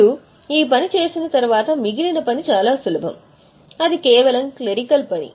మీరు ఈ పని చేసిన తర్వాత మిగిలిన పని చాలా సులభం అది కేవలం క్లరికల్ పని